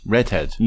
Redhead